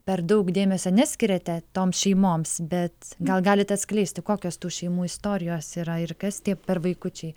per daug dėmesio neskiriate tom šeimoms bet gal galite atskleisti kokios tų šeimų istorijos yra ir kas tie per vaikučiai